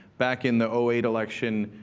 back in the um eight election,